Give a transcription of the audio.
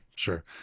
Sure